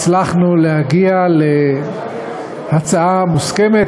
הצלחנו להגיע להצעה מוסכמת.